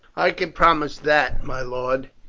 i can promise that, my lord.